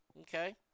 Okay